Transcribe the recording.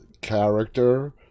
character